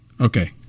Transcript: Okay